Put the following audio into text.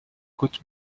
côte